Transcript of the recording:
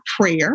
prayer